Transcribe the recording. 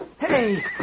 Hey